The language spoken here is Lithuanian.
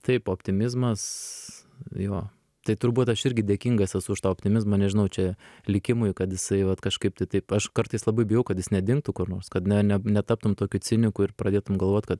taip optimizmas jo tai turbūt aš irgi dėkingas esu už tą optimizmą nežinau čia likimui kad jisai vat kažkaip tai taip aš kartais labai bijau kad jis nedingtų kur nors kad ne ne netaptum tokiu ciniku ir pradėtum galvot kad